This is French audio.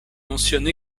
mentionne